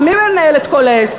ומי מנהל את כל העסק?